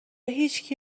هیچکی